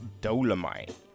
Dolomite